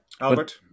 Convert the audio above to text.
Albert